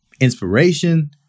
inspiration